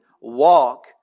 Walk